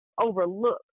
overlook